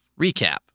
Recap